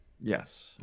Yes